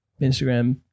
Instagram